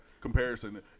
comparison